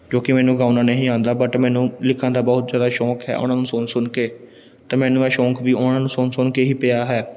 ਕਿਉਂਕਿ ਮੈਨੂੰ ਗਾਉਣਾ ਨਹੀਂ ਆਉਂਦਾ ਬਟ ਮੈਨੂੰ ਲਿਖਣ ਦਾ ਬਹੁਤ ਜ਼ਿਆਦਾ ਸ਼ੌਂਕ ਹੈ ਉਹਨਾਂ ਨੂੰ ਸੁਣ ਸੁਣ ਕੇ ਅਤੇ ਮੈਨੂੰ ਮੈਂ ਇਹ ਸ਼ੌਂਕ ਵੀ ਉਹਨਾਂ ਨੂੰ ਸੁਣ ਸੁਣ ਕੇ ਹੀ ਪਿਆ ਹੈ